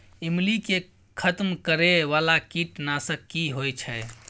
ईमली के खतम करैय बाला कीट नासक की होय छै?